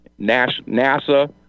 NASA